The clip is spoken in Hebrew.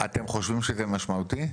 אתם חושבים שזה משמעותי?